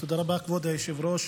תודה רבה, כבוד היושב-ראש.